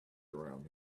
around